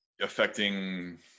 affecting